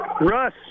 Russ